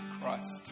Christ